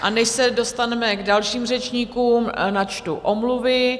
A než se dostaneme k dalším řečníkům, načtu omluvy.